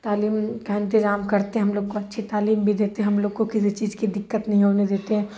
تعلیم کا انتظام کرتے ہیں ہم لوگ کو اچھی تعلیم بھی دیتے ہیں ہم لوگ کو کسی چیز کی دقت نہیں ہونے دیتے